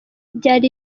byari